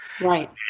Right